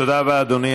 תודה רבה, אדוני.